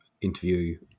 interview